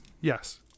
yes